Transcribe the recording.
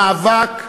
מאבק,